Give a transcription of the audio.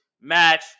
match